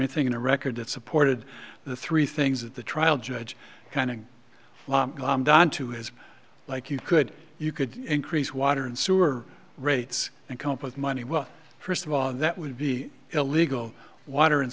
anything in a record that supported the three things that the trial judge kind of calmed down to his like you could you could increase water and sewer rates and come up with money well first of all that would be illegal water